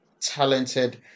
Talented